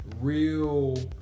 real